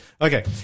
okay